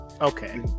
Okay